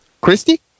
Christy